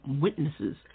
witnesses